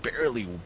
barely